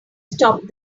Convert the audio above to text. stop